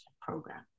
program